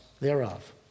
thereof